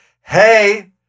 hey